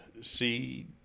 see